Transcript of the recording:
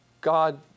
God